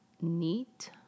neat